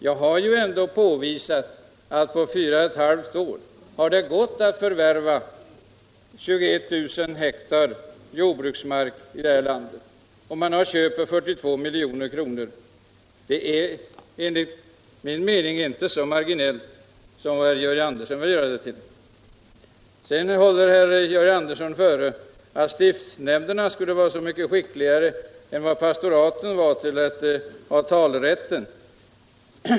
Jag har ändå påvisat att det på fyra fem år har gått att förvärva 21000 hektar jordbruksmark. Man har köpt för 42 milj.kr. Enligt min mening är det inte en så marginell sak som herr Andersson vill göra gällande. Herr Andersson håller före att stiftsnämnderna skulle vara skickligare än pastoraten när det gäller talerätten.